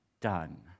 done